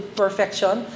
perfection